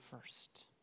first